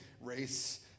race